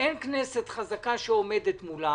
אין כנסת חזקה שעומדת מולם